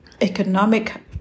economic